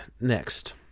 Next